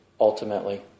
ultimately